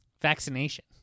vaccination